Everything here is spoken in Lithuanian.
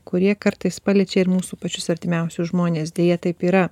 kurie kartais paliečia ir mūsų pačius artimiausius žmones deja taip yra